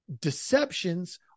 Deceptions